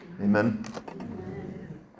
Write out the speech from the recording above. Amen